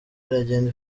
iragenda